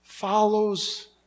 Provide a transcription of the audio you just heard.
follows